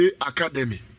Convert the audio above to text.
Academy